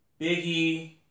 Biggie